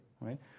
Right